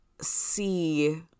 see –